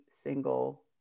single